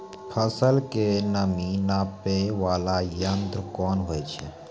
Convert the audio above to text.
फसल के नमी नापैय वाला यंत्र कोन होय छै